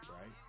right